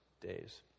days